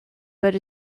but